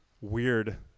weird